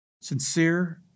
Sincere